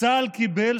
צה"ל קיבל,